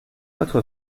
votre